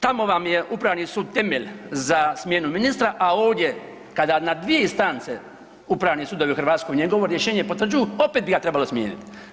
Tamo vam je upravni sud temelje za smjenu ministra, a ovdje kada na dvije instance Upravni sudovi u Hrvatskoj njegovo rješenje potvrđuju opet bi ga trebalo smijeniti.